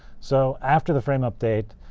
so after the frame update,